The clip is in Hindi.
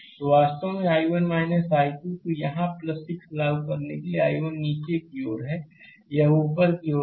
तो 5 वास्तव में I1 I2 तो यहाँ 6 लागू करने के लिए है I1 नीचे की ओर है यह ऊपर की ओर है